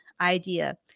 idea